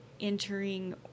entering